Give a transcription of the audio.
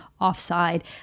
offside